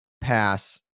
pass